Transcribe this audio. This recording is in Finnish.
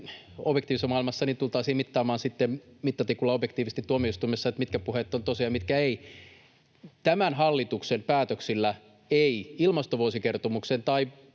objektiivisessa maailmassa, tultaisiin mittaamaan mittatikulla objektiivisesti tuomioistuimessa, mitkä puheet ovat tosia ja mitkä eivät — tämän hallituksen päätöksillä ilmastovuosikertomuksen